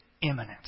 imminent